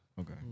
Okay